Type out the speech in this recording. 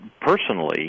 personally